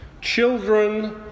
Children